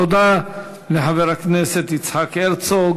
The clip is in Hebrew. תודה לחבר הכנסת יצחק הרצוג.